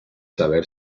saber